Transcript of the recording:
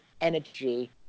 energy